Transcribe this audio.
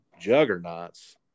juggernauts